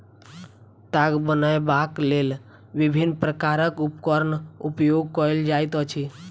ताग बनयबाक लेल विभिन्न प्रकारक उपकरणक उपयोग कयल जाइत अछि